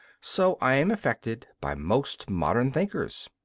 so i am affected by most modern thinkers.